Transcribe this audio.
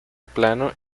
plano